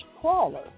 Crawler